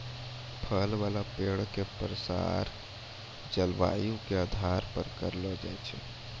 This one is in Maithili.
फल वाला पेड़ के प्रसार जलवायु के आधार पर करलो जाय छै